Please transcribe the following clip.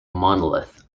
monolith